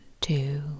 two